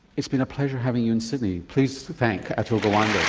it's been a pleasure having you in sydney. please thank atul gawande. yeah